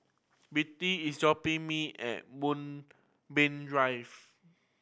Birtie is dropping me at Moonbeam Drive